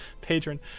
Patron